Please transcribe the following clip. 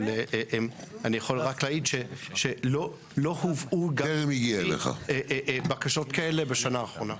אבל אני יכול רק להעיד שלא הובאו בקשות כאלה בשנה האחרונה.